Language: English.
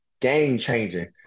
Game-changing